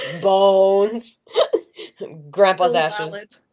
bones grandpa's ashes.